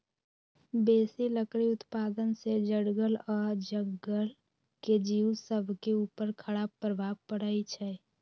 बेशी लकड़ी उत्पादन से जङगल आऽ जङ्गल के जिउ सभके उपर खड़ाप प्रभाव पड़इ छै